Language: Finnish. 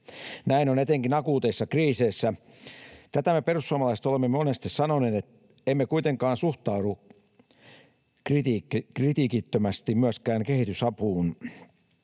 Näin on etenkin akuuteissa kriiseissä. Tätä me perussuomalaiset olemme monesti sanoneet. Emme kuitenkaan suhtaudu kritiikittömästi myöskään kehitysapuun.